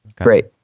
Great